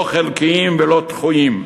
לא חלקיים ולא דחויים.